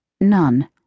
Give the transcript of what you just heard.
none